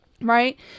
right